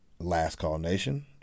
LastCallNation